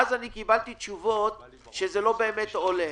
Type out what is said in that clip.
ואז אני קיבלתי תשובות שזה לא באמת עולה.